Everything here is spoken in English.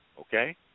okay